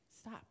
stop